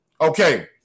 Okay